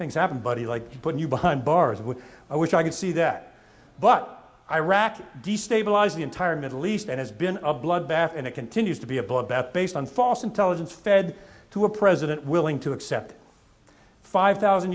things happen but he like to put you behind bars which i wish i could see that but iraq destabilize the entire middle east and has been a bloodbath and it continues to be a bloodbath based on false intelligence fed to a president willing to accept five thousand